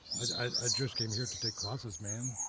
i just came here to take classes, man.